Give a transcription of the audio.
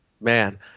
Man